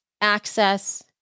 access